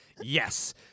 Yes